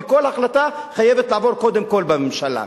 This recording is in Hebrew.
וכל החלטה חייבת לעבור קודם כול בממשלה?